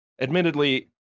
admittedly